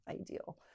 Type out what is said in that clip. ideal